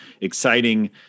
exciting